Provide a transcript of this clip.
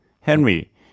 Henry